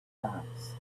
dots